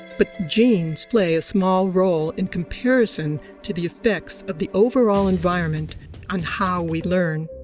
but genes play a small role in comparison to the effects of the overall environment on how we learn.